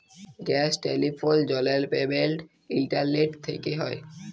gas, telephone, জলের payment internet থ্যকে হয়